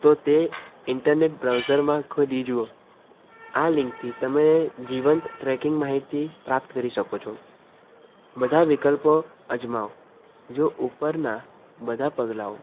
તો તે ઇન્ટરનેટ બ્રાઉઝરમાં ખોલી જુઓ આ લિંકથી તમે જીવંત ટ્રેકિંગ માહિતી પ્રાપ્ત કરી શકો છો બધા વિકલ્પો અજમાવો જો ઉપરના બધા પગલાઓ